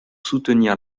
soutenir